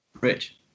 Rich